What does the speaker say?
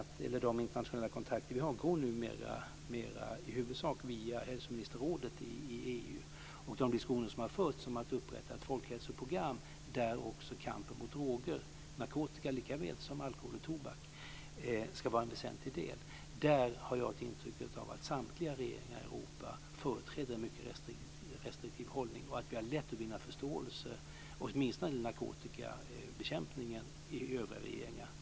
De internationella kontakter vi har går numera i huvudsak via hälsoministerrådet i EU. I de diskussioner som har förts om att upprätta ett folkhälsoinstitutsprogram, där också kampen mot droger - narkotika likaväl som alkohol och tobak - ska vara en väsentlig del, har jag fått ett intryck av att samtliga regeringar i Europa företräder en mycket restriktiv hållning och att vi har lätt att vinna förståelse i övriga regeringar, åtminstone när det gäller narkotikabekämpningen.